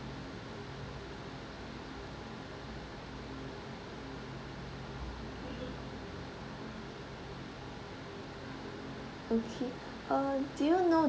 okay uh do you know